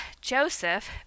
Joseph